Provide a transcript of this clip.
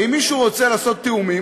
ואם מישהו רוצה לעשות תיאומים,